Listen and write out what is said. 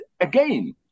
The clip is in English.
again